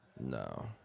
No